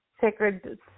sacred